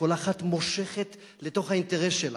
שכל אחת מושכת לתוך האינטרס שלה.